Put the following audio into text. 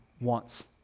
wants